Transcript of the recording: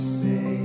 say